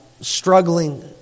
struggling